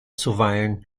zuweilen